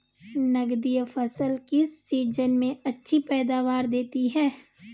नकदी फसलें किस सीजन में अच्छी पैदावार देतीं हैं?